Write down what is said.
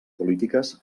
polítiques